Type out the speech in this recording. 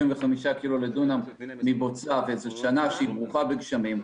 קילו לדונם מבוצה וזו שנה שהיא ברוכה בגשמים,